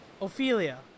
Ophelia